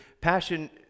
Passion